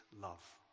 love